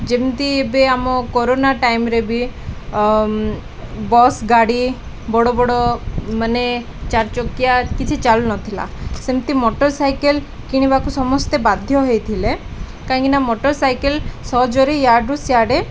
ଯେମିତି ଏବେ ଆମ କୋରୋନା ଟାଇମ୍ରେ ବି ବସ୍ ଗାଡ଼ି ବଡ଼ ବଡ଼ ମାନେ ଚାରିଚକିଆ କିଛି ଚାଲୁନଥିଲା ସେମିତି ମୋଟରସାଇକେଲ୍ କିଣିବାକୁ ସମସ୍ତେ ବାଧ୍ୟ ହେଇଥିଲେ କାହିଁକିନା ମଟର ସାଇକେଲ୍ ସହଜରେ ଇଆଡୁ ସିଆଡ଼େ